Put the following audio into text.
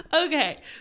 Okay